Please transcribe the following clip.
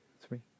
three